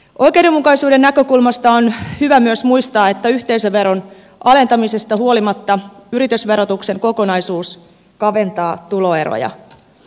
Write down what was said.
oikeudenmukaisuuden näkökulmasta on myös hyvä muistaa että yhteisöveron alentamisesta huolimatta yritysverotuksen kokonaisuus kaventaa tuloeroja